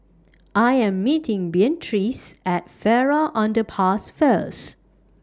I Am meeting Beatrice At Farrer Underpass First